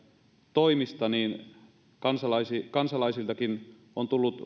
toimista niin kansalaisiltakin on tullut